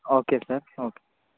okay sir okay